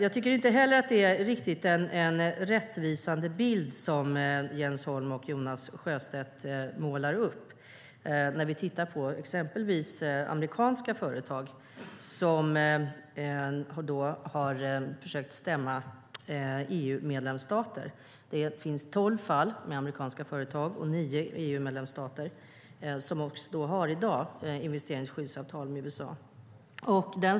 Jag tycker inte heller att det är en riktigt rättvisande bild som Jens Holm och Jonas Sjöstedt målar upp när vi tittar på exempelvis amerikanska företag som har försökt stämma EU-medlemsstater. Det finns tolv fall med amerikanska företag och nio EU-medlemsstater som i dag har investeringsskyddsavtal med USA.